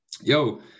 Yo